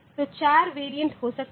तो 4 वेरिएंट हो सकते हैं